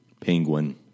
Penguin